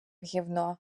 гівно